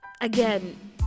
again